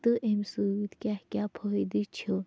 تہٕ امہِ سۭتۍ کیٛاہ کیٛاہ فٲیِدٕ چھِ